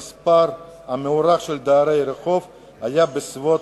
הוערך המספר של דיירי הרחוב בסביבות